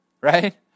right